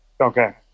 Okay